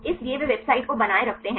इसलिए वे वेबसाइट को बनाए रखते हैं